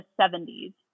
70s